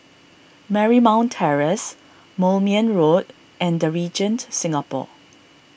Marymount Terrace Moulmein Road and the Regent Singapore